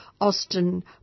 Austin